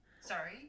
Sorry